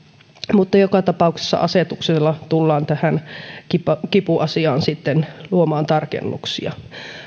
mutta joka tapauksessa asetuksella tullaan tähän kipuasiaan sitten luomaan tarkennuksia